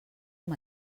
amb